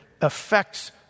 affects